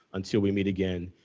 until we meet again.